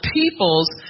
people's